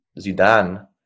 Zidane